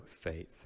faith